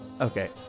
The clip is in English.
Okay